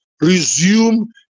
resume